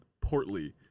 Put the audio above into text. portly